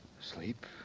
Sleep